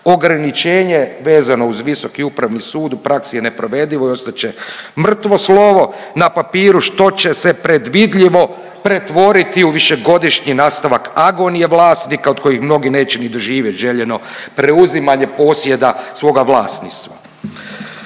Ograničenje vezano uz Visoki upravni sud u praksi je neprovedivo i ostat će mrtvo slovo na papiru što će se predvidljivo pretvoriti u višegodišnji nastavak agonije vlasnika od kojih mnogi neće ni doživjet željeno preuzimanje posjeda svoga vlasništva.